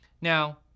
Now